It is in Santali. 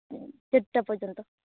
ᱪᱟᱨᱴᱟ ᱯᱚᱨᱡᱚᱱᱛᱚ